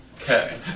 Okay